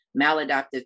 maladaptive